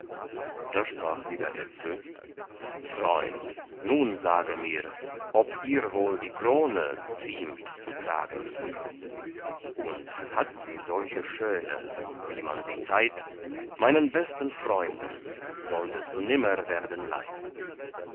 da sprach wieder etzel freund nun sage mir ob ihr wohl die krone ziemt zu tragen hier und hat sie solche schöne wie man sie zeiht meinen besten freunden sollt es nimmer werden leid